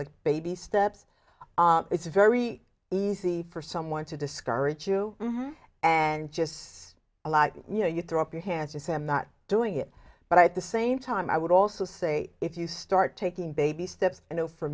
like baby steps it's very easy for someone to discourage you and just you know you throw up your hands and say i'm not doing it but i had the same time i would also say if you start taking baby steps you know for